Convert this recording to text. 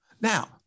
Now